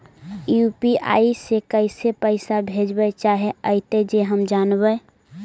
UPI से कैसे पैसा भेजबय चाहें अइतय जे हम जानबय?